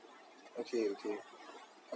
okay okay